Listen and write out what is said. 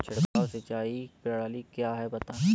छिड़काव सिंचाई प्रणाली क्या है बताएँ?